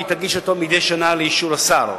והיא תגיש אותו מדי שנה לאישור השר.